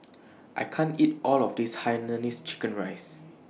I can't eat All of This Hainanese Chicken Rice